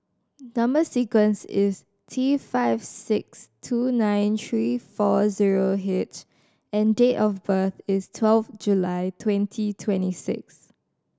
number sequence is T five six two nine three four zero H and date of birth is twelve July twenty twenty six